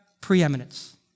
preeminence